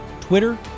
Twitter